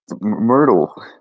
Myrtle